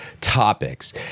topics